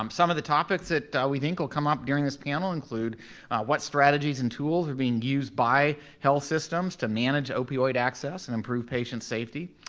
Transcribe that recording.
um some of the topics that we think will come up during this panel include what strategies and tools are being used by health systems to manage opioid access and improve patient safety?